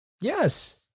yes